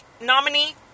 nominee